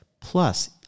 Plus